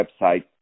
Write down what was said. website